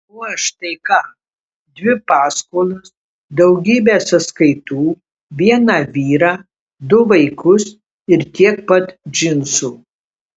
o aš tai ką dvi paskolas daugybę sąskaitų vieną vyrą du vaikus ir tiek pat džinsų